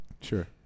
Sure